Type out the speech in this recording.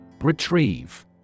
Retrieve